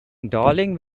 darling